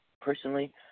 Personally